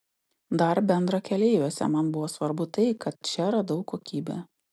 dar bendrakeleiviuose man buvo svarbu tai kad čia radau kokybę